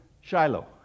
Shiloh